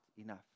enough